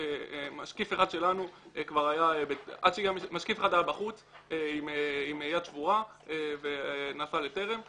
משקיף אחד שלנו היה בחוץ עם יד שבורה ונסע לטרם.